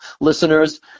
listeners